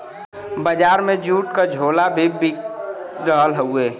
बजार में जूट क झोला भी बिक रहल हउवे